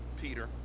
Peter